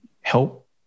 help